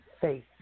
Faith